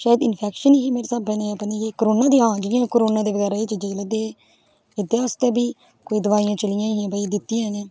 शैद infection ही मेरे स्हाबै नै जां पता निं केह् कोरोना दे हां कोरोना दे बगैरा एह् चीजां चला दी ही एह्दे आस्तै बी कोई दोआइयां चलियां हियां भाई दित्तियां इ'नें